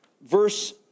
Verse